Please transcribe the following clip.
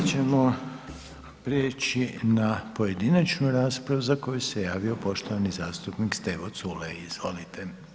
Sada ćemo prijeći na pojedinačnu raspravu za koju se javio poštovani zastupnik Stevo Culej, izvolite.